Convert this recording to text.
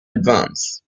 advance